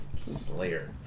Slayer